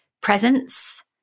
presence